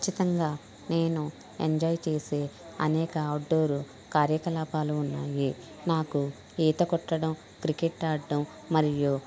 ఖచ్చితంగా నేను ఎంజాయ్ చేసే అనేక అవుట్ డోరు కార్యకలాపాలు ఉన్నాయి నాకు ఈత కొట్టడం క్రికెట్ ఆడ్డం మరియు